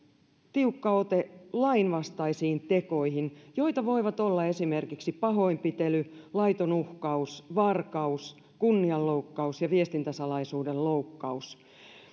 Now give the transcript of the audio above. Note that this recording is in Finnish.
tiukka ote lainvastaisiin tekoihin joita voivat olla esimerkiksi pahoinpitely laiton uhkaus varkaus kunnianloukkaus ja viestintäsalaisuuden loukkaus